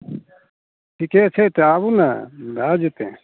ठीके छै तऽ आबू ने भए जेतय